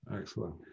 Excellent